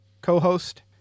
co-host